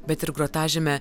bet ir grotažyme